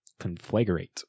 Conflagrate